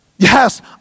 Yes